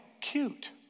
cute